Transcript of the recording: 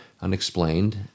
unexplained